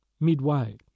Midway